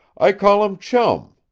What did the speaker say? i call him chum.